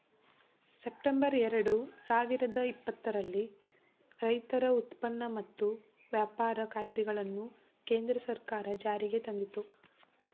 September ಎರಡು ಸಾವಿರದ ಇಪ್ಪತ್ತರಲ್ಲಿ ರೈತರ ಉತ್ಪನ್ನ ಮತ್ತು ವ್ಯಾಪಾರ ಕಾಯ್ದೆಗಳನ್ನು ಕೇಂದ್ರ ಸರ್ಕಾರ ಜಾರಿಗೆ ತಂದಿತು